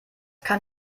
kann